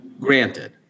granted